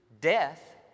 death